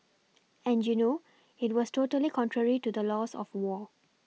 and you know it was totally contrary to the laws of war